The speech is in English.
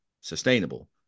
sustainable